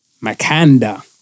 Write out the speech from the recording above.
Makanda